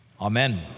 Amen